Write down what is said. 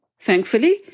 Thankfully